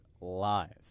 Live